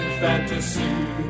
fantasy